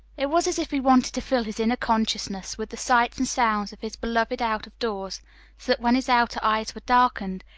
it was as if he wanted to fill his inner consciousness with the sights and sounds of his beloved out-of-doors, so that when his outer eyes were darkened,